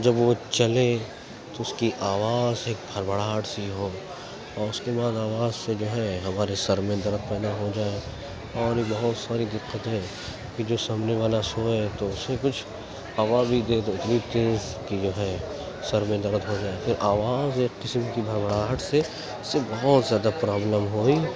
جب وہ چلے تو اس کی آواز سے ایک بھڑبڑاہٹ سی ہو اور اس کے بعد آواز سے جو ہے ہمارے سر میں درد پیدا ہو جائے اور بہت ساری دقتیں کہ جو سامنے والا سوئے تو اسے کچھ ہوا بھی دے تو اتنی تیز کہ جو ہے سر میں درد ہو جائے کہ آواز ایک قسم کی بھڑبڑاہٹ سے اس سے بہت زیادہ پرابلم ہوئی